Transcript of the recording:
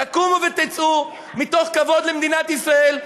תקומו ותצאו מתוך כבוד למדינת ישראל,